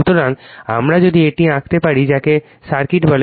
সুতরাং আমরা যদি এটি আঁকতে পারি যাকে সার্কিট বলে